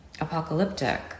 apocalyptic